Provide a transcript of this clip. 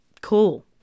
Cool